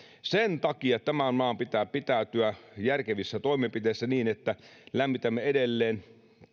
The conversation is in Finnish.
sen takia tämän maan pitää pitäytyä järkevissä toimenpiteissä niin että lämmitämme edelleen